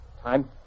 Time